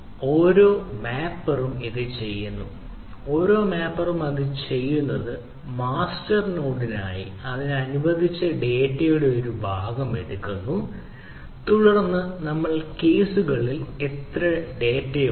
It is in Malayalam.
ഓരോ മാപ്പറും ഇത് ചെയ്യുന്നു ഓരോ മാപ്പറും അത് ചെയ്യുന്നത് മാസ്റ്റർ നോഡിനായി അതിന് അനുവദിച്ച ഡാറ്റയുടെ ഒരു ഭാഗം അത് എടുക്കുന്നു തുടർന്ന് നമ്മളുടെ കേസുകളിൽ എത്ര ഡാറ്റയുണ്ട്